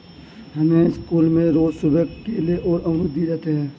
हमें स्कूल में रोज सुबह केले और अमरुद दिए जाते थे